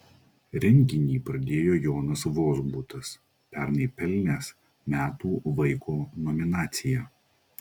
renginį pradėjo jonas vozbutas pernai pelnęs metų vaiko nominaciją